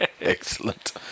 Excellent